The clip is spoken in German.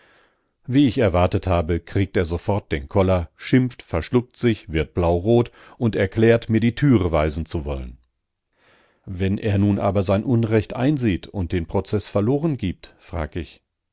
wie ich erwartet habe kriegt er sofort den koller schimpft verschluckt sich wird blaurot und erklärt mir die türe weisen zu wollen wenn er nun aber sein unrecht einsieht und den prozeß verloren gibt frag ich